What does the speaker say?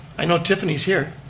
i know tiffany's here.